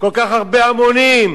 כל כך הרבה המונים,